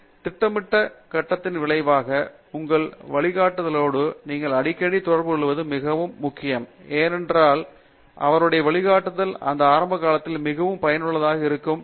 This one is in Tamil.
மூர்த்தி எனவே திட்டமிட்ட கட்டத்தின் விளைவாக உங்கள் வழிகாட்டுதலோடு நீங்கள் அடிக்கடி தொடர்புகொள்வது மிக முக்கியம் ஏனென்றால் அவருடைய வழிகாட்டுதல் அந்த ஆரம்ப காலத்தில் மிகவும் பயனுள்ளதாக இருக்கும்